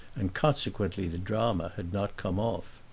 and consequently the drama, had not come off.